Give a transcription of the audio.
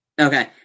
Okay